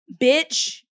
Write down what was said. bitch